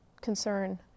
concern